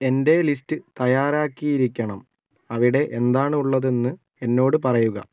എന്റെ ലിസ്റ്റ് തയ്യാറാക്കിയിരിക്കണം അവിടെ എന്താണ് ഉള്ളതെന്ന് എന്നോട് പറയുക